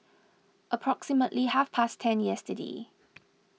approximately half past ten yesterday